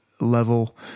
level